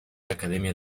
academia